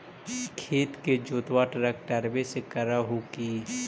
खेत के जोतबा ट्रकटर्बे से कर हू की?